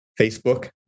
Facebook